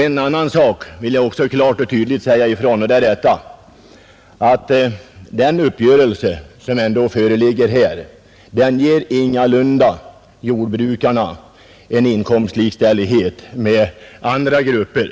En annan sak vill jag också klart och tydligt säga ifrån: Den uppgörelse som ändå föreligger här ger ingalunda jordbrukarna inkomstlikställighet i förhållande till andra grupper.